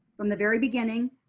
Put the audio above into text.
from the very beginning,